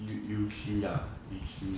you U_G ah U_G